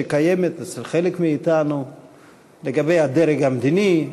שקיימת אצל חלק מאתנו לגבי הדרג המדיני,